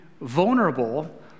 vulnerable